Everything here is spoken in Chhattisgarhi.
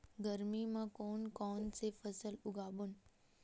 गरमी मा कोन कौन से फसल उगाबोन?